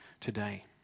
today